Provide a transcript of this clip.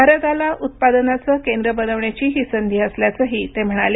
भारताला उत्पादनाचं केंद्र बनवण्याची ही संधी असल्याचंही ते म्हणाले